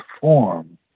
form